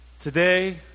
Today